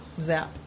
zap